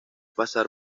pasar